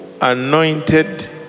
anointed